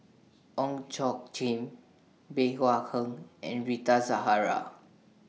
Ong Tjoe Chin Bey Hua Heng and Rita Zahara